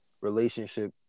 relationship